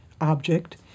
object